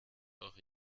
auch